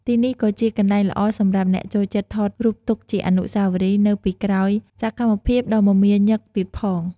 ទីនេះក៏ជាកន្លែងល្អសម្រាប់អ្នកចូលចិត្តថតរូបទុកជាអនុស្សាវរីយ៍ នៅពីក្រោយសម្មភាពដ៏មមាញឹកទៀតផង។